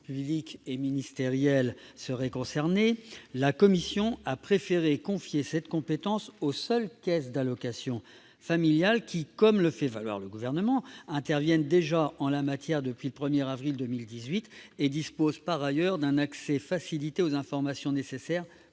publics et ministériels, sans préciser lesquels, la commission a préféré confier cette compétence aux seules caisses d'allocations familiales, qui, comme le fait valoir le Gouvernement, interviennent déjà en la matière depuis le 1 avril 2018 et disposent par ailleurs d'un accès facilité aux informations nécessaires